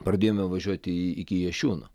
pradėjome važiuoti iki jašiūnų